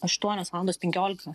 aštuonios valandos penkiolika